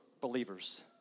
believers